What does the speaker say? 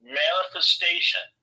manifestation